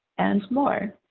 and more.